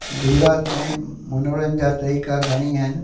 गुजरात में मनोरंजन जा तरीक़ा घणा ई आहिनि